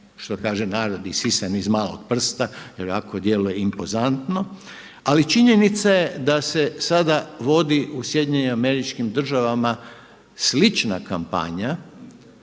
što kaže narod, isisan iz malog prsta jer ovako djeluje impozantno. Ali činjenica je da se sada vodi u SAD-u slična kampanja